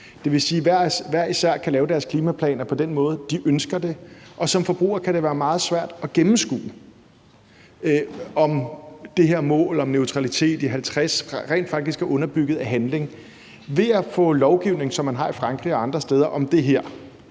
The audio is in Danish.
Det vil sige, at de hver især kan lave en klimaplan og på den måde, de ønsker det. Og som forbruger kan det være meget svært at gennemskue, om det her mål om neutralitet i 2050 rent faktisk er underbygget af handling. Ved at få lovgivning, som man har i Frankrig og andre steder, om det her,